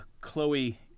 Chloe